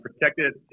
Protected